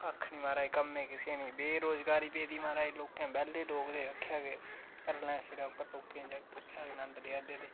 कक्ख नेईं महाराज कम्में गी कुसै नेईं बेरोजगारी पेई दी बेह्ले लोक ते आखेआ के घरै आहलें दे सिरे पर लोकें दे जागत नंद लै दे